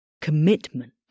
commitment